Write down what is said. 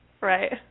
Right